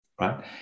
right